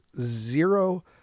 zero